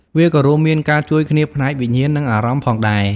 វាក៏រួមមានការជួយគ្នាផ្នែកវិញ្ញាណ និងអារម្មណ៍ផងដែរ។